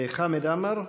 חמד עמאר,